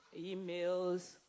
emails